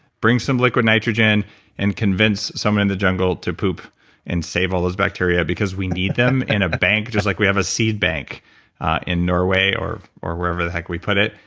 bring some liquid nitrogen and convince someone in the jungle to poop and save all those bacteria because we need them in a bank, just like we have a seed bank in norway or or wherever the heck we put it.